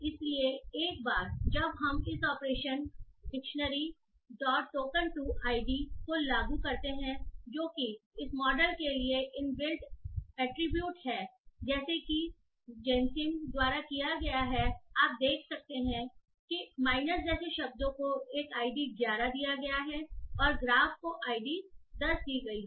इसलिए एक बार जब हम इस operation dictionary dot token 2 ID को लागू करते हैं जो कि इस मॉडल के लिए इनबिल्ट अटरीब्यूट है जैसा कि जैनसिम द्वारा दिया गया हैआप देख सकते हैं कि माइनस जैसे शब्दों को एक आईडी ग्यारह दिया गया है और ग्राफ को आईडी दस दी गई है